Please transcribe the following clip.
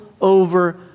over